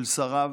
של שריו,